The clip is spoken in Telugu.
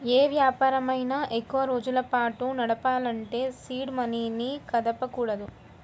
యే వ్యాపారమైనా ఎక్కువరోజుల పాటు నడపాలంటే సీడ్ మనీని కదపకూడదు